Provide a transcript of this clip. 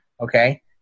okay